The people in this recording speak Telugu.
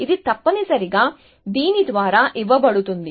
ఇది తప్పనిసరిగా దీని ద్వారా ఇవ్వబడుతుంది